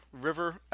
River